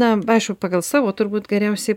na aišku pagal savo turbūt geriausiai